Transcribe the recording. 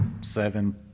seven